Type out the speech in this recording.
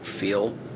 feel